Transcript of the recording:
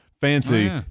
fancy